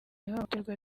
ihohoterwa